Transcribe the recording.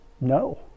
no